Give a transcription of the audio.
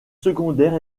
secondaire